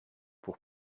pour